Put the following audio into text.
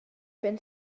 been